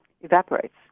evaporates